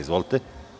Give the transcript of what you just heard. Izvolite.